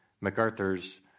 MacArthur's